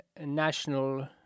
national